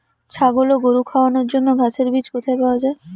ছাগল ও গরু খাওয়ানোর জন্য ঘাসের বীজ কোথায় পাওয়া যায়?